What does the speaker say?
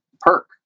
Perk